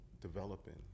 developing